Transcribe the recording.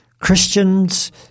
Christians